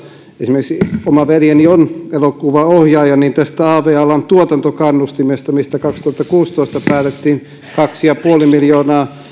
esimerkiksi oma veljeni on elokuvaohjaaja av alan tuotantokannustimesta mistä kaksituhattakuusitoista päätettiin kaksi pilkku viisi miljoonaa